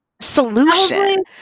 solution